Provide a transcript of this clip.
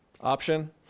option